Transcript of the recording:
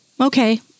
Okay